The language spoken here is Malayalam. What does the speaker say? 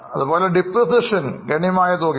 മൂല്യത്തകർച്ച ഗണ്യമായ തുകയാണ്